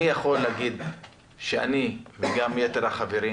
אני יכול להגיד שאני וגם יתר החברים